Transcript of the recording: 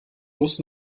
bus